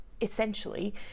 essentially